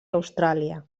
austràlia